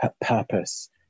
purpose